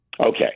Okay